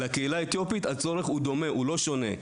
הצורך של הקהילה האתיופית דומה ולא שונה.